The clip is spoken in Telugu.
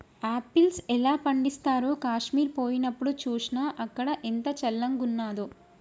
ఆపిల్స్ ఎలా పండిస్తారో కాశ్మీర్ పోయినప్డు చూస్నా, అక్కడ ఎంత చల్లంగున్నాదో